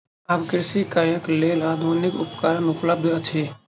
आब कृषि कार्यक लेल आधुनिक उपकरण उपलब्ध अछि